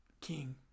King